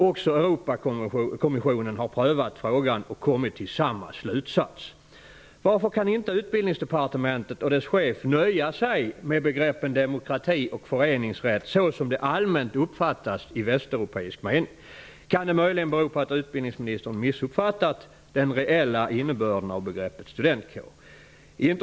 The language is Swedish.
Också Europakommissionen har prövat frågan och kommit till samma slutsats. Varför kan inte Utbildningsdepartementet och dess chef nöja sig med begreppen demokrati och föreningsrätt så som det allmänt uppfattas i västeuropeisk mening? Kan det möjligen bero på att utbildningsministern har missuppfattat den reella innebörden av begreppet studentkår?